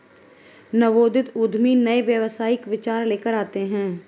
नवोदित उद्यमी नए व्यावसायिक विचार लेकर आते हैं